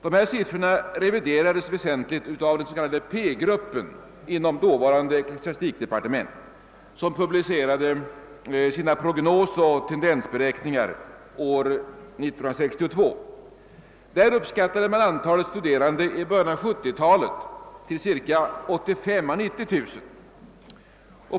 Dessa siffror reviderades väsentligt av den s.k. P-gruppen inom dåvarande = ecklesiastikdepartementet, som presenterade sina prognosoch tendensberäkningar år 1962. Där uppskattade man antalet studerande i början av 1970-talet till 85 000 å 90 000.